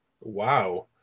Wow